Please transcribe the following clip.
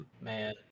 Man